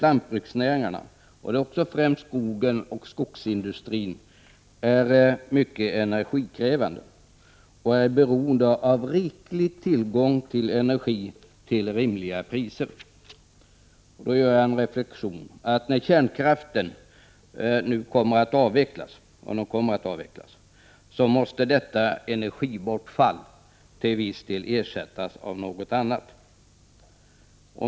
Lantbruksnäringarna — främst skogen och skogsindustrin — är mycket energikrävande och är beroende av riklig tillgång till energi till rimliga priser. När kärnkraften avvecklas — om den kommer att avvecklas — måste detta energibortfall till viss del ersättas av något annat.